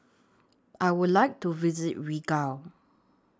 I Would like to visit Riga